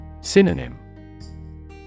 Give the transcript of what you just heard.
Synonym